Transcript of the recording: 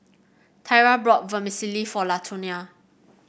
Tyra brought Vermicelli for Latonia